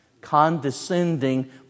condescending